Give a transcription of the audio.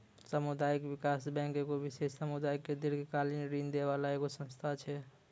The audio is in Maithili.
समुदायिक विकास बैंक एगो विशेष समुदाय के दीर्घकालिन ऋण दै बाला एगो संस्था छै